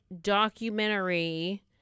documentary